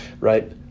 right